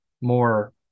more